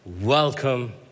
welcome